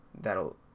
that'll